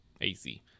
ac